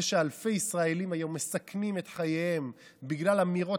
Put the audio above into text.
זה שאלפי ישראלים היום מסכנים את חייהם בגלל אמירות